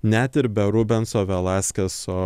net ir be rubenso velaskeso